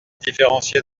différencier